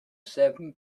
seven